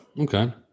okay